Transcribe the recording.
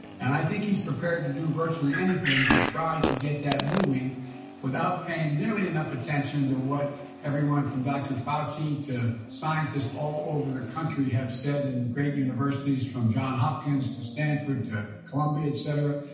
and i think he's prepared to to do virtually anything to try to get that moving without paying nearly enough attention to what everyone from dr. fauci to scientists all over the country have said in great universities from john hopkins to stanford to columbia, et cetera,